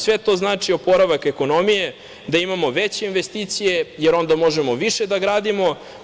Sve to znači oporavak ekonomije, da imamo veće investicije, jer onda možemo više da gradimo.